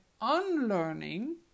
unlearning